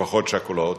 משפחות שכולות,